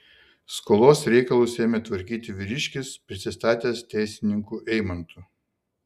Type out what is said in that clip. skolos reikalus ėmė tvarkyti vyriškis prisistatęs teisininku eimantu